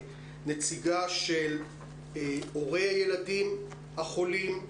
בדיון הזה נציגה של הורי הילדים החולים,